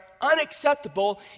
unacceptable